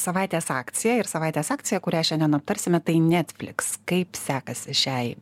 savaitės akcija ir savaitės akciją kurią šiandien aptarsime tai netflix kaip sekasi šiai